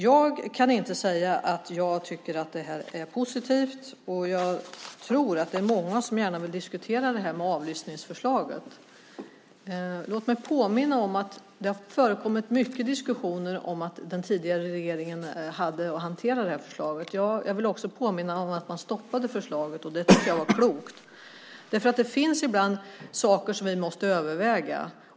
Jag kan inte säga att jag tycker att detta är positivt, och jag tror att det är många som gärna vill diskutera avlyssningsförslaget. Låt mig påminna om att det har förekommit många diskussioner om att den tidigare regeringen hade att hantera detta förslag. Jag vill också påminna om att man stoppade förslaget, och det tycker jag var klokt. Det finns ibland saker som vi måste överväga.